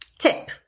Tip